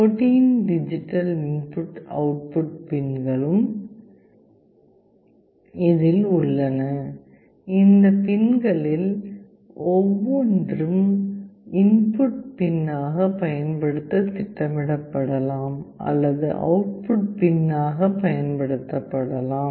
14 digital input output பின்களும் உள்ளன இந்த பின்களில் ஒவ்வொன்றும் இன்புட் பின் ஆக பயன்படுத்த திட்டமிடப்படலாம் அல்லது அவுட் புட் பின் ஆக பயன்படுத்தப்படலாம்